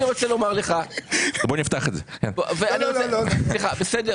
אני אגיד לך דבר פשוט.